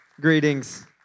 Greetings